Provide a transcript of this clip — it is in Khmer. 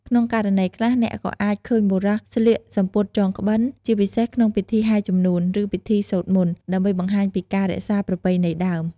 ក្នុងករណីខ្លះ អ្នកក៏អាចឃើញបុរសស្លៀកសំពត់ចងក្បិន ជាពិសេសក្នុងពិធីហែរជំនូន ឬពិធីសូត្រមន្ត ដើម្បីបង្ហាញពីការរក្សាប្រពៃណីដើម។